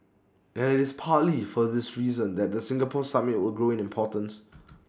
and IT is partly for this reason that the Singapore summit will grow in importance